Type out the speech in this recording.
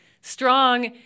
Strong